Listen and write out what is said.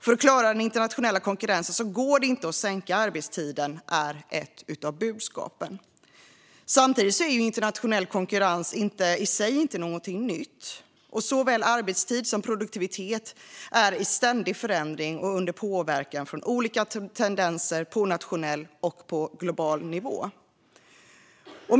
För att klara den internationella konkurrensen går det inte att sänka arbetstiden, är ett av budskapen. Samtidigt är internationell konkurrens i sig inget nytt, och såväl arbetstid som produktivitet är i ständig förändring under påverkan från olika tendenser på nationell och global nivå.